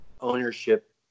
ownership